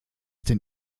dem